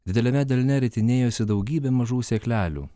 dideliame delne ritinėjosi daugybė mažų sėklelių